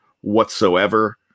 whatsoever